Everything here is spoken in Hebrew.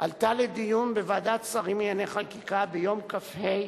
עלתה לדיון בוועדת שרים לענייני חקיקה ביום כ"ה